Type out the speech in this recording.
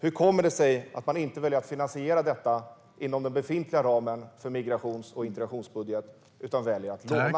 Hur kommer det sig att man inte väljer att finansiera detta inom den befintliga ramen för migrations och integrationsbudgeten utan väljer att låna?